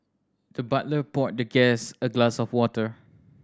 the butler poured the guest a glass of water